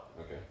Okay